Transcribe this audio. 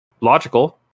logical